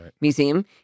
museum